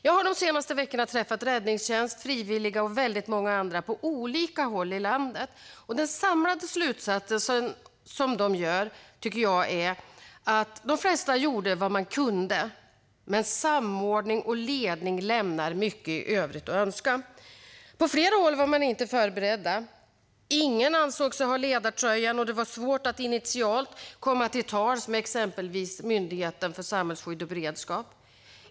Jag har de senaste veckorna träffat räddningstjänst, frivilliga och många andra på olika håll i landet. Den samlade slutsats som de drar är, tycker jag, att de flesta gjorde vad de kunde men att samordning och ledning lämnar mycket i övrigt att önska. På flera håll var man inte förberedd. Ingen ansåg sig ha ledartröjan, och det var svårt att initialt komma till tals med exempelvis Myndigheten för samhällsskydd och beredskap.